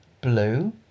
Blue